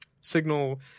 signal